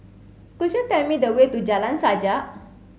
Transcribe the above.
could you tell me the way to Jalan Sajak